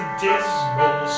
dismal